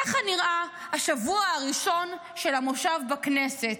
ככה נראה השבוע הראשון של המושב בכנסת.